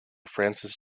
francis